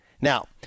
Now